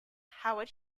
howard